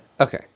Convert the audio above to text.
Okay